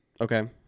okay